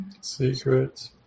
Secret